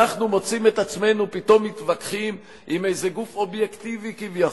אנחנו מוצאים את עצמנו פתאום מתווכחים עם איזה גוף אובייקטיבי כביכול,